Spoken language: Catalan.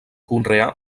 conreà